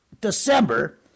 December